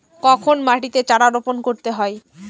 কখন মাটিতে চারা রোপণ করতে হয়?